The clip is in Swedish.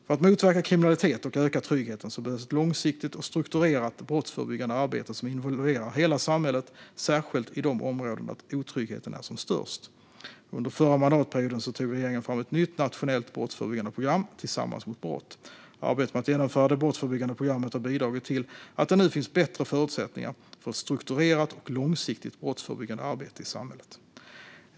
För att motverka kriminalitet och öka tryggheten behövs ett långsiktigt och strukturerat brottsförebyggande arbete som involverar hela samhället, särskilt i de områden där otryggheten är som störst. Under förra mandatperioden tog regeringen fram ett nytt nationellt brottsförebyggande program - Tillsammans mot brott. Arbetet med att genomföra det brottsförebyggande programmet har bidragit till att det nu finns bättre förutsättningar för ett strukturerat och långsiktigt brottsförebyggande arbete i samhället.